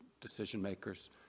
decision-makers